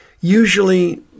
usually